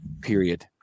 period